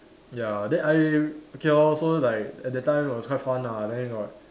ya then I okay lor so like at that time was quite fun ah then got